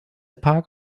park